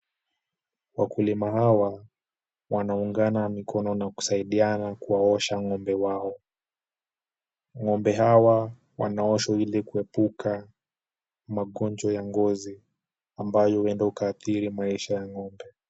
Wakulima hawa wanaungana mikono na kusaidiana kuwaosha ng'ombe wao. Ng'ombe hawa wanaoshwa ili kuepuka magonjwa ya ngozi, ambayo huenda ukaathiri maisha ya ng'ombe.